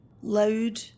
Loud